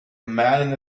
man